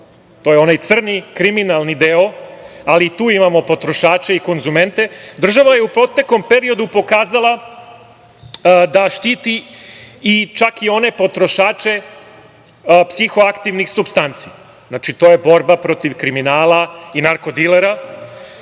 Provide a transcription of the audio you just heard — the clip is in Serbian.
deo, onaj crnji, kriminalni deo, ali i tu imamo potrošače i konzumente, država je u proteklom periodu pokazala da štiti čak i one potrošače psihoaktivnih supstanci. Znači, to je borba protiv kriminala i narko dilera